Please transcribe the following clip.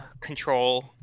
Control